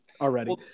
already